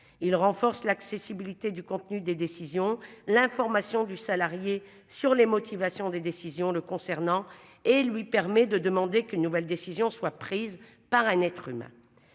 ils renforcent l'accessibilité du contenu des décisions. L'information du salarié sur les motivations des décisions le concernant et lui permet de demander qu'une nouvelle décision soit prise par un être humain.